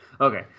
Okay